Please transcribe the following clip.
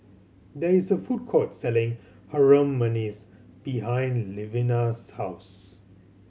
there is a food court selling Harum Manis behind Levina's house